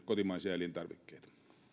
kotimaisia elintarvikkeita